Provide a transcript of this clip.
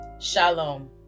Shalom